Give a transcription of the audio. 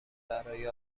برای